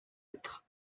être